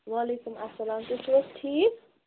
وعلیکُم اسلام تُہۍ چھُو حظ ٹھیٖک